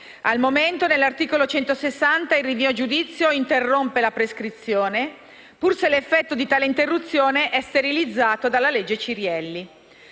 Al momento, nell'articolo 160 il rinvio a giudizio interrompe la prescrizione, pur se l'effetto di tale interruzione è sterilizzato dalla cosiddetta